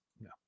No